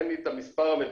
אין לי את המספר המדויק,